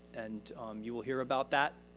and you will hear about that